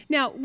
Now